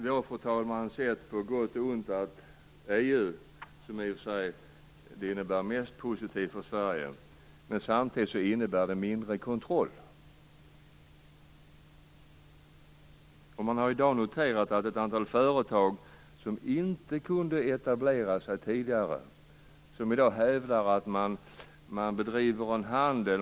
Vi har sett, fru talman, att EU, som mest är positivt för Sverige, samtidigt innebär mindre kontroll. Vi kan notera att ett antal företag, som tidigare inte kunde etablera sig, i dag hävdar att man bedriver handel.